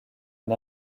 une